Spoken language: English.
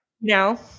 No